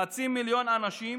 חצי מיליון אנשים